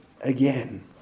again